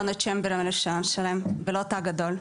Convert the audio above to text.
שלושה מונוצ'יימבר עם הרישיון שלהם, ולא תא גדול?